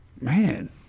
Man